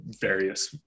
various